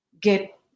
get